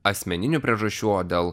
asmeninių priežasčių o dėl